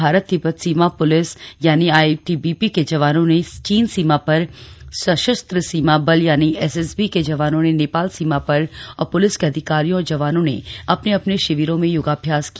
भारत तिब्बत सीमा police ITBP के जवानों ने चीन सीमा पर सशस्त्र सीमा बल एसएसबी के जवानों ने नेपाल सीमा पर और पुलिस के अधिकारियों और जवानों ने अपने अपने शिविरों मे योगाभ्यास किया